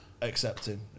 accepting